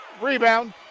Rebound